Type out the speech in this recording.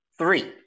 three